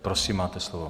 Prosím, máte slovo.